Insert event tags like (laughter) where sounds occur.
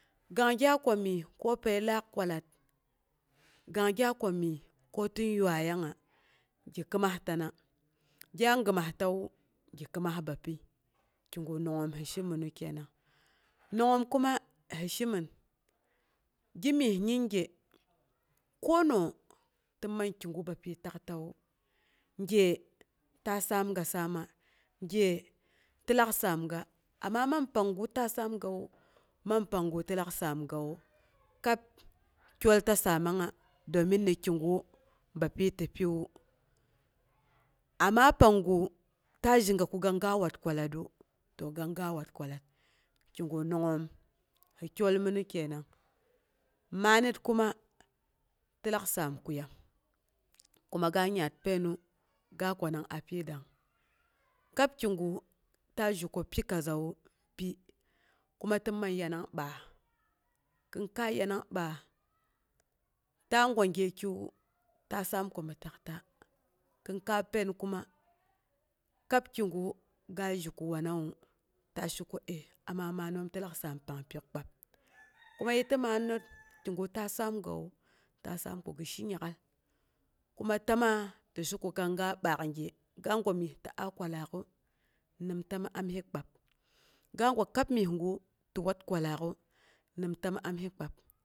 Dang gya kwa myes ko pəi kaak kwalat, kang gya kwa myes ko tin yuaiyangna gi kɨmastana gya gɨimastawu, gi kɨmas bapyi kigu nongngom hi shenina kenan. nongngoom kuma hi shemin gimyes konooh tin man kigu bapyi taktawu gye ta saanga saama, gye ti lak saamga, amma man panggu ta saamgawu, man panggu ti lak saamgawu, kab kyolta saamangnga domin ni kigu bapyi ti piwu amma panggu ta zhega ko kang ga wato kwalatru to kang ga wat kwalat kiga nongngoom hi kyolminu kenan. Maanət kama ti lak saam kuyam, kuma ga yaat painu, kwanang apyi dang kab kiga ta zhe ko pi kazawu pi. Kuma tɨman yanang baas kinkai yanang baas ta gwa gyekiwu ta saam kwa mi takta, kinkai pain kuma kab kigu ga zhe ko wanawe ta she ko əi, amma maanət tɨ lak saam pang pyok (noise) kpab. Kuma yii ti maanət ki gu ta saamkawu ta saam kogi she nyak'al kuma tɨma to she ko kang ga ɓaak gye ga gwa myes a kwallaak'u, nimta mi amsi kpab. Ga gwa kab myesgu tɨ wat nimta mi amsi kpab.